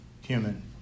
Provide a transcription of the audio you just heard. human